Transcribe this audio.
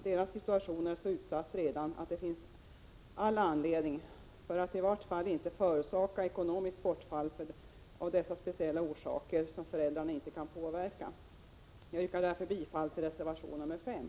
Deras situation är redan så utsatt att det finns all anledning att i varje fall inte förorsaka ekonomiskt bortfall av dessa speciella orsaker som föräldrarna inte kan påverka. Jag yrkar därför bifall till reservation nr 5.